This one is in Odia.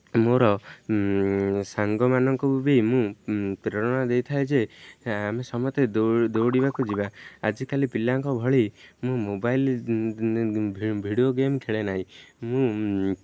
ମୋର ସାଙ୍ଗମାନଙ୍କୁ ବି ମୁଁ ପ୍ରେରଣା ଦେଇଥାଏ ଯେ ଆମେ ସମସ୍ତେ ଦୌଡ଼ିବାକୁ ଯିବା ଆଜିକାଲି ପିଲାଙ୍କ ଭଳି ମୁଁ ମୋବାଇଲ୍ ଭିଡ଼ିଓ ଗେମ୍ ଖେଳେ ନାହିଁ ମୁଁ